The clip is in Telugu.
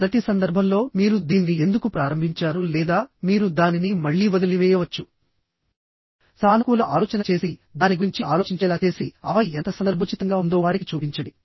మొదటి సందర్భంలో మీరు దీన్ని ఎందుకు ప్రారంభించారు లేదా మీరు దానిని మళ్ళీ వదిలివేయవచ్చు సానుకూల ఆలోచన చేసి దాని గురించి ఆలోచించేలా చేసి ఆపై ఎంత సందర్భోచితంగా ఉందో వారికి చూపించండి